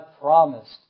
promised